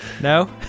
No